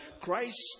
Christ